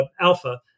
alpha